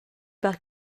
par